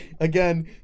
Again